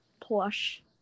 plush